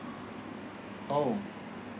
orh